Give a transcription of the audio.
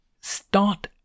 Start